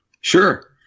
Sure